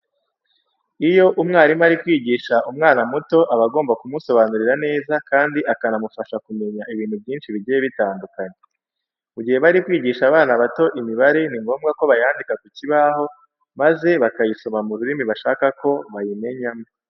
Iyo umwarimu ari kwigisha umwana muto aba agomba kumusobanurira neza kandi akanamufasha kumenya ibintu byinshi bigiye bitandukanye. Mu gihe bari kwigisha abana bato imibare ni ngombwa ko bayandika ku kibaho maze bakayisoma mu rurimi bashaka ko bayimenyamo.